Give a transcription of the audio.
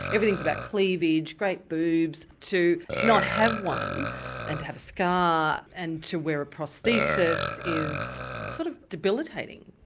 everything is about cleavage, great boobs, to not have one and to have a scar and to wear a prosthesis is sort of debilitating.